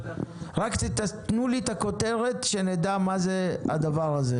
רק תנו לי את הכותרת שנדע מה זה הדבר הזה.